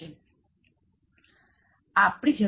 આમ લાલચ ને વશ થઈ લોકો પોતાના પૈસા ગુમાવી દે છે